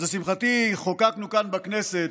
אז לשמחתי חוקקנו כאן בכנסת